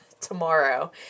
tomorrow